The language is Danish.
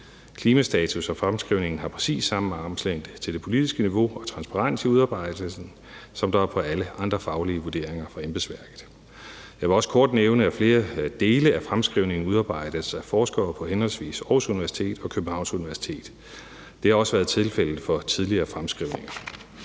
Klimastatus og -fremskrivning har præcis samme armslængde til det politiske niveau og transparens i udarbejdelsen, som der er på alle andre faglige vurderinger for embedsværket. Jeg vil også kort nævne, at flere dele af fremskrivningen udarbejdes af forskere på henholdsvis Aarhus Universitet og Københavns Universitet. Det har også været tilfældet for tidligere fremskrivninger.